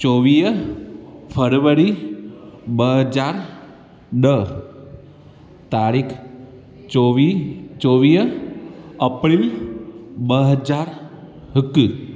चोवीह फरवरी ॿ हज़ार ॾह तारीख़ चोवी चोवीह अप्रिल ॿ हज़ार हिक